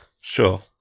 sure